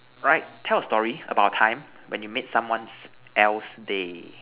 right tell a story about a time when you made someone else day